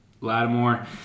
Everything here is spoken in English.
Lattimore